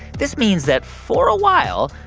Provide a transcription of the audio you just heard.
this means that for a while,